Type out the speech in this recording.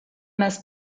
must